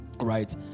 right